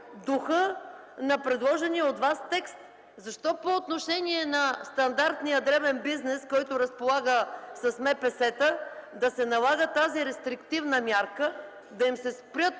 на предложения от Вас текст. Защо по отношение на стандартния дребен бизнес, който разполага с МПС-та да се налага тази рестриктивна мярка – да им се спрат